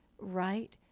right